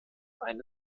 eine